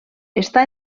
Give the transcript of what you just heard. està